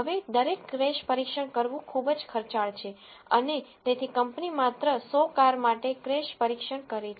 હવે દરેક ક્રેશ પરીક્ષણ કરવું ખૂબ જ ખર્ચાળ છે અને તેથી કંપની માત્ર 100 કાર માટે ક્રેશ પરીક્ષણ કરે છે